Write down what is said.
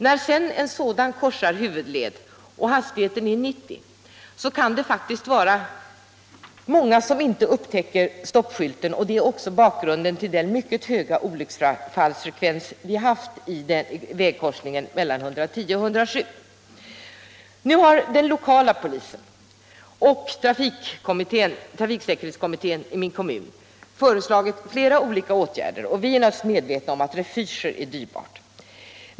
När en sådan väg sedan korsar en huvudled och hastigheten är 90 km/tim. kan det faktiskt vara många som inte upptäcker den stoppskylt som är uppsatt. Det är också bakgrunden till den mycket höga olycksfallsfrekvens som vi haft i korsningen mellan väg 110 och väg 107. Den lokala polisen och trafiksäkerhetskommittén i min kommun har nu föreslagit flera olika åtgärder. Vi är naturligtvis medvetna om att refuger är dyrbara.